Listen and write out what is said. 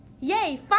Yay